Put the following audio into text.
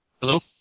Hello